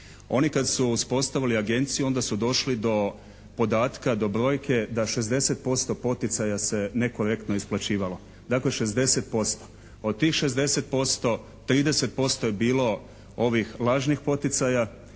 Oni kad su uspostavili agenciju onda su došli do podatka, do brojke da 60% poticaja se nekorektno isplaćivalo. Dakle 60%. Od tih 60%, 30% je bilo lažnih poticaja,